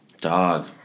Dog